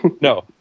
No